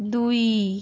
দুই